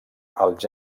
els